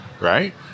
Right